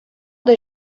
des